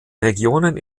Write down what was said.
regionen